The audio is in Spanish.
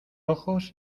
ojos